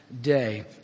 day